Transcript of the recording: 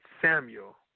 Samuel